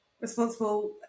responsible